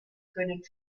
können